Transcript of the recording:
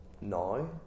Now